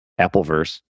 Appleverse